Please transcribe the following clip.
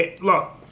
Look